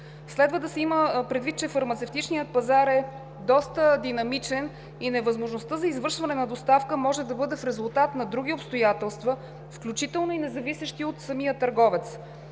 Следва да се има предвид, че фармацевтичният пазар е доста динамичен и невъзможността за извършване на доставка може да бъде в резултат на други обстоятелства, включително и независещи от самия търговец.